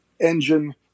engine